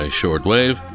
shortwave